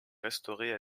restaurée